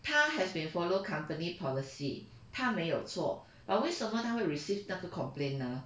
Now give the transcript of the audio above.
他 has been follow company policy 他没有错 but 为什么他会 received 那个 complain 呢